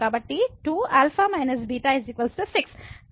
కాబట్టి 2α β 6